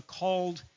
called